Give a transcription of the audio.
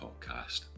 podcast